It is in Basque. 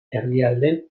herrialdeen